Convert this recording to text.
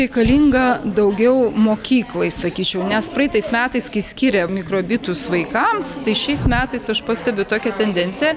reikalinga daugiau mokyklai sakyčiau nes praeitais metais kai skirė mikrobitus vaikams tai šiais metais aš pastebiu tokią tendenciją